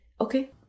okay